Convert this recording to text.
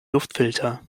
luftfilter